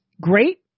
great